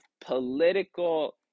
political